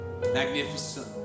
magnificent